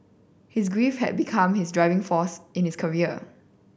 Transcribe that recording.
his grief had become his driving force in his career